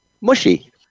mushy